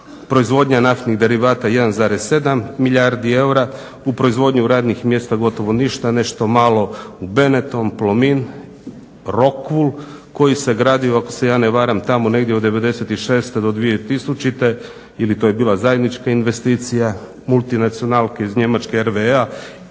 proizvodnja naftnih derivata 1,7 milijardi eura. U proizvodnju radnih mjesta gotovo ništa, nešto malo u Benetton, Plomin, Rockwool koji se gradio ako se ja ne varam tamo negdje od '96. do 2000. ili to je bila zajednička investicija multinacionalke iz Njemačke RVE-a